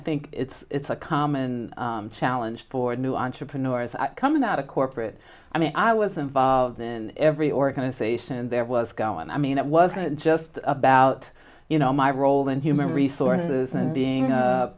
think it's a common challenge for new entrepreneurs coming out of corporate i mean i was involved in every organization there was going i mean it wasn't just about you know my role in human resources and being a